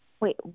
Wait